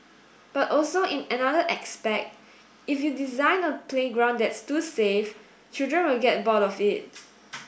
but also in another aspect if you design a playground that's too safe children will get bored of it